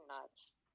nuts